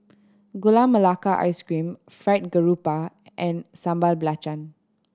Gula Melaka Ice Cream Fried Garoupa and Sambal Belacan